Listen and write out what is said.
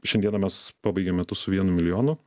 šiandieną mes pabaigėm metus su vienu milijonu